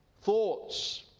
thoughts